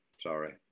sorry